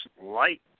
light